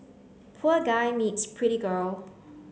poor guy meets pretty girl